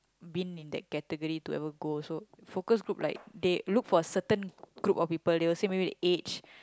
been in that category to be able to go also focus group like they look for certain group of people they will say maybe age